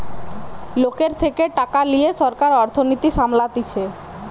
লোকের থেকে টাকা লিয়ে সরকার অর্থনীতি সামলাতিছে